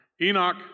Enoch